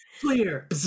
Clear